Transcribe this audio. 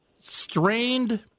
strained